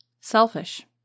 selfish